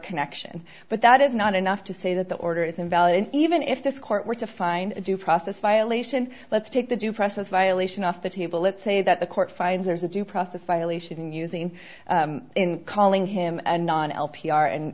connection but that is not enough to say that the order is invalid and even if this court were to find due process violation let's take the due process violation off the table let's say that the court finds there's a due process violation using in calling him a non l p r and